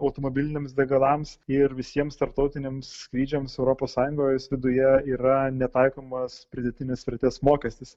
tarkimeautomobiliniams degalams ir visiems tarptautiniams skrydžiams europos sąjungos viduje yra netaikomas pridėtinės vertės mokestis